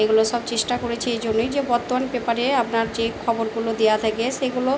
এগুলো সব চেষ্টা করেছি এই জন্যই যে বর্তমান পেপারে আপনার যে খবরগুলো দেওয়া থাকে সেগুলো